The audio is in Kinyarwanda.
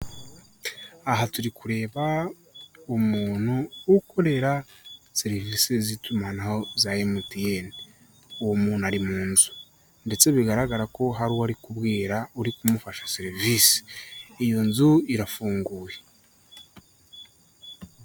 Aha turi kureba umuntu ukorera serivisi z'itumanaho za MTN, uwo muntu ari mu nzu, ndetse bigaragara ko hari uwo ari kubwira, uri kumufasha serivisi, iyo nzu irafunguye.